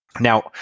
Now